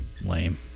Lame